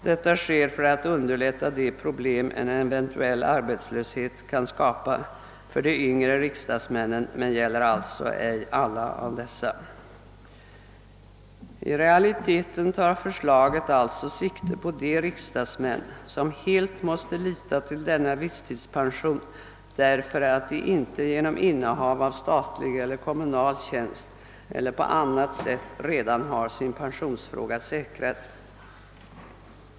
Detta sker för att underlätta de problem en eventuell arbetslöshet kan skapa för de yngre riksdagsmännen, men regeln gäller alltså inte för alla yngre riksdagsmän. I realiteten tar förslaget alltså sikte på de riksdagsmän, som helt måste lita till denna visstidspension, därför att de inte genom innehav av statlig eller kommunal tjänst eller på annat sätt redan har sin pensionsfråga säkrad.